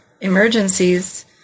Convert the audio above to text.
emergencies